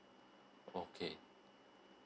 okay